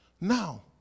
Now